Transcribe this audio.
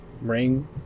ring